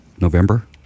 November